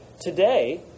Today